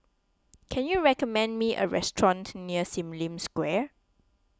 can you recommend me a restaurant near Sim Lim Square